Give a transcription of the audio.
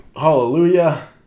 hallelujah